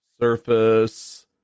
Surface